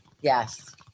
Yes